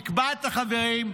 נקבע את החברים,